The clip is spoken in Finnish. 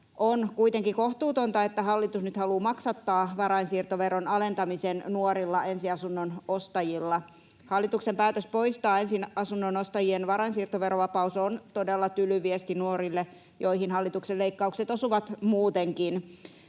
On kuitenkin kohtuutonta, että hallitus nyt haluaa maksattaa varainsiirtoveron alentamisen nuorilla ensiasunnon ostajilla. Hallituksen päätös poistaa ensin asunnonostajien varainsiirtoverovapaus on todella tyly viesti nuorille, joihin hallituksen leikkaukset osuvat muutenkin.